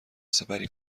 سپری